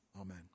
Amen